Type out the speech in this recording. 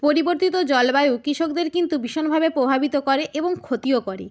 পরিবর্তিত জলবায়ু কিষকদের কিন্তু ভীষণভাবে প্রভাবিত করে এবং ক্ষতিও করে